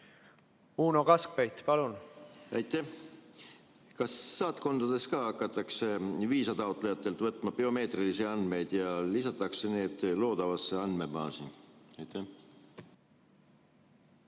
Uno Kaskpeit, palun! Kas saatkondades hakatakse viisataotlejatelt võtma biomeetrilisi andmeid ja lisatakse need loodavasse andmebaasi? Kas